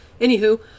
Anywho